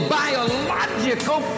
biological